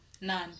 None